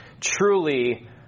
truly